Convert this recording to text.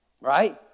Right